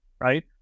right